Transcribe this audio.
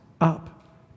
up